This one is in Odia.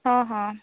ହଁ ହଁ